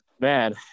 Man